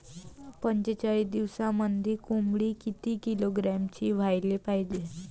पंचेचाळीस दिवसामंदी कोंबडी किती किलोग्रॅमची व्हायले पाहीजे?